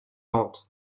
vente